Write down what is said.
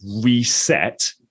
reset